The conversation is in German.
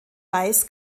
weiß